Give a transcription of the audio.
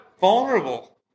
vulnerable